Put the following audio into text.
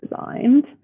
designed